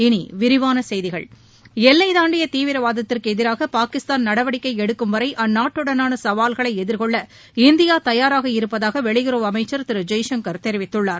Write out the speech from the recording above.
இனிவிரிவானசெய்திகள் எல்லைதாண்டியதீவிரவாதத்திற்குஎதிராகபாகிஸ்தாான் நடவடிக்கைஎடுக்கும் வரைஅந்நாட்டுடனானசவால்களைஎதிர்கொள்ள இந்தியாதயாராக இருப்பதாகவெளியுறவு அமைச்சர் திருஜெய்சங்கர் தெரிவித்துள்ளார்